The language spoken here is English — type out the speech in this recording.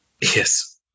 Yes